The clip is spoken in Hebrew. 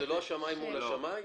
זה לא שמאי מול שמאי?